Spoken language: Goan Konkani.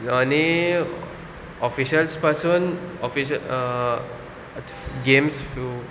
आनी ऑफिशल्स पासून ऑफिश गेम्स फू